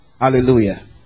Hallelujah